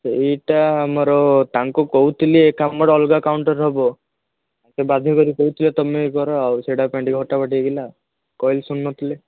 ସେଇଟା ଆମର ତାଙ୍କୁ କହୁଥିଲି ଏ କାମର ଅଲଗା କାଉଣ୍ଟର୍ ହବ ତାଙ୍କେ ବାଧ୍ୟ କରି କହୁଥିଲେ ତୁମେ କର ଆଉ ସେଟା ପାଇଁ ଟିକେ ହଟା ହଟି ହେଇଗଲା କହିଲି ଶୁଣୁନଥିଲେ